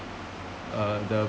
uh the